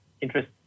interest